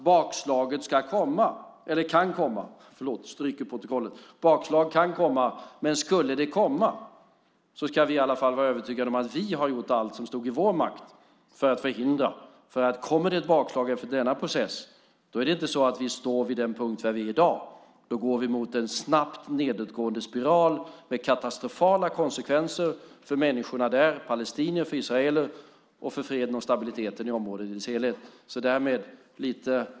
Bakslaget kan komma, men skulle det komma ska vi i alla fall vara övertygade om att vi har gjort allt vad som stod i vår makt att förhindra. Kommer det ett bakslag efter denna process är det inte så att vi står vid den punkt där vi är i dag. Då är vi i en snabbt nedåtgående spiral med katastrofala konsekvenser för människorna där, palestinier och israeler, och för freden och stabiliteten i området i dess helhet.